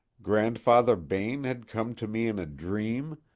grandfather bayne had come to me in a dream,